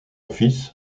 fils